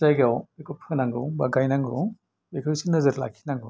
जायगायाव बेखौ फोनांगौ बा गायनांगौ बेखौ एसे नोजोर लाखिनांगौ